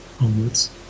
onwards